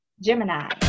Gemini